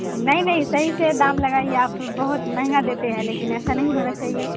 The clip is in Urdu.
نہیں نہیں صحیح سے دام لگائیے آپ بہت مہنگا دیتے ہیں لیکن ایسا نہیں ہونا چاہیے